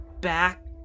back